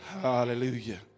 Hallelujah